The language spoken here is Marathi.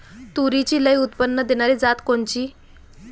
तूरीची लई उत्पन्न देणारी जात कोनची?